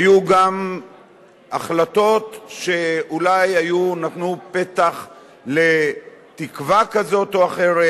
היו גם החלטות שאולי נתנו פתח לתקווה כזאת או אחרת,